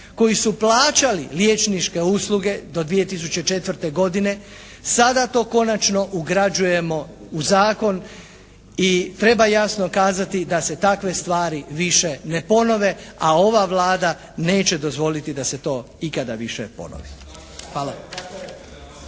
koji su plaćali liječničke usluge do 2004. godine, sada to konačno ugrađujemo u zakon i treba jasno kazati da se takve stvari više ne ponove, a ova Vlada neće dozvoliti da se to ikada više ponovi. Hvala.